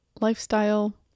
lifestyle